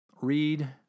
Read